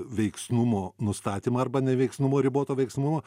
veiksnumo nustatymą arba neveiksnumo riboto veiksnumo